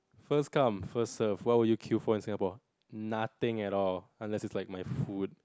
first come first serve what would you queue for in Singapore nothing at all unless it likes my food